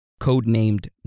codenamed